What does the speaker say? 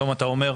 היום אתה אומר: